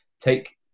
take